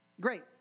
Great